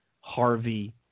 Harvey